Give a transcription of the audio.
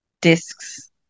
Discs